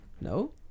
no